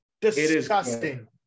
Disgusting